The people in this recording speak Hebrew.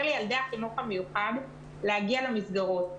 לילדי החינוך המיוחד להגיע למסגרות.